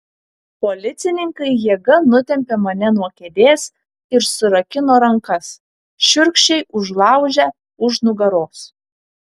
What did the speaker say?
policininkai jėga nutempė mane nuo kėdės ir surakino rankas šiurkščiai užlaužę už nugaros